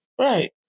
Right